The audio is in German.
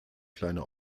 kleine